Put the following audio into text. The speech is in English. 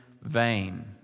vain